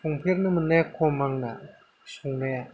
संफेरनो मोननाया खम आंना संनाया